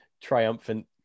triumphant